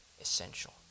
essential